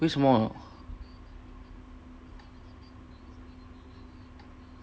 为什么